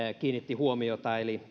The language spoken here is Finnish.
kiinnitti huomiota eli